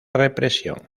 represión